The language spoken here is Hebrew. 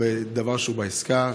בדבר שהוא בעסקה,